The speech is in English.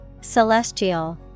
Celestial